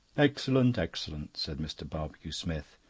excellent, excellent, said mr. barbecue-smith,